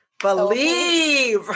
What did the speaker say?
Believe